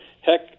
heck